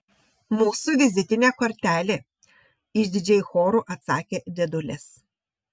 mūsų vizitinė kortelė išdidžiai choru atsakė dėdulės